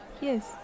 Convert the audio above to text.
Yes